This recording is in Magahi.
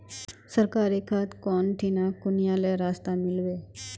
सरकारी खाद कौन ठिना कुनियाँ ले सस्ता मीलवे?